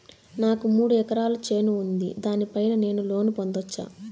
నాకు మూడు ఎకరాలు చేను ఉంది, దాని పైన నేను లోను పొందొచ్చా?